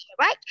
right